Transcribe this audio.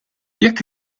jekk